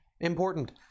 important